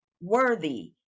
worthy